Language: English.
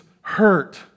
hurt